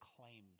claims